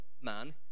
Man